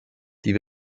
die